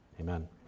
Amen